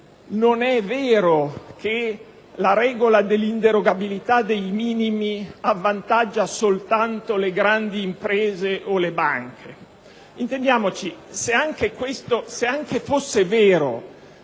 Non è vero che la regola dell'inderogabilità dei minimi avvantaggia soltanto le grandi imprese o le banche. Intendiamoci, se anche fosse vero